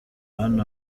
hano